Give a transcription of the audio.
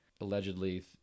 allegedly